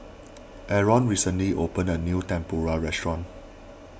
Arron recently opened a new Tempura restaurant